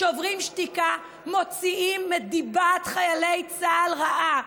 שוברים שתיקה מוציאים את דיבת חיילי צה"ל רעה,